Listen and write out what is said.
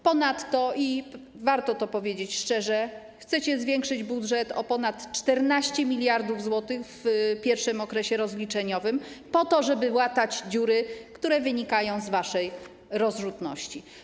Ponadto, i warto to powiedzieć szczerze, chcecie zwiększyć budżet o ponad 14 mld zł w pierwszym okresie rozliczeniowym, po to żeby łatać dziury, które wynikają z waszej rozrzutności.